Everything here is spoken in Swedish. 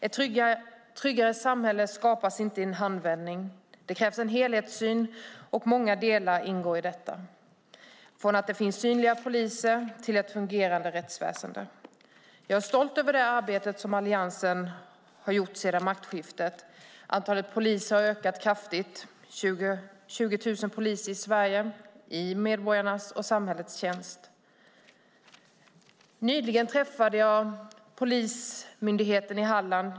Ett tryggare samhälle skapas inte i en handvändning. Det krävs en helhetssyn, och många delar ingår i detta. Det handlar om allt från synliga poliser till ett fungerande rättsväsen. Jag är stolt över det arbete som Alliansen har gjort sedan maktskiftet. Antalet poliser har ökat kraftigt. Det finns 20 000 poliser i Sverige i medborgarnas och samhällets tjänst. Nyligen träffade jag Polismyndigheten i Halland.